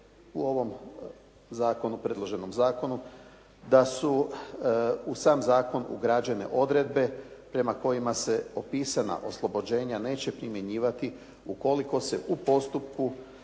u ovom zakonu, predloženom zakonu da su u sam zakon ugrađene odredbe prema kojima se opisana oslobođenja neće primjenjivati ukoliko se u postupku